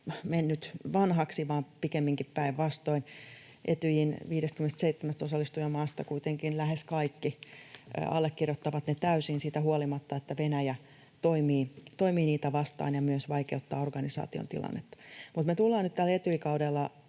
mennyt vanhaksi vaan pikemminkin päinvastoin. Etyjin 57 osallistujamaasta kuitenkin lähes kaikki allekirjoittavat ne täysin siitä huolimatta, että Venäjä toimii niitä vastaan ja myös vaikeuttaa organisaation tilannetta. Mutta me tullaan nyt tällä Etyj-kaudella